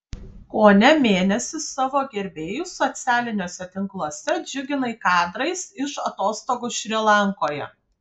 kone mėnesį savo gerbėjus socialiniuose tinkluose džiuginai kadrais iš atostogų šri lankoje